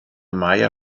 maja